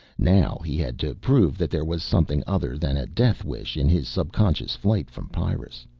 now he had to prove that there was something other than a death wish in his subconscious flight from pyrrus,